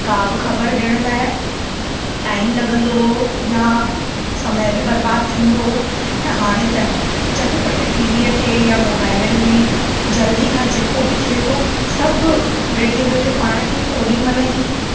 का बि ख़बर ॾियण लाइ टाइम लॻंदो हुओ या समय बि बर्बाद थींदो हुओ ऐं हाणे त झटि पटि टीवीअ ते या मोबाइलनि में जल्दी खां जेको बि थिए थो सभु वेठे वेठे पाण जो ओॾी महिल ई